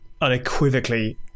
unequivocally